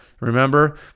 Remember